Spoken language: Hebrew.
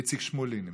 איציק שמולי נמצא.